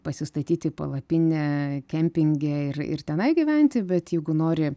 pasistatyti palapinę kempinge ir ir tenai gyventi bet jeigu nori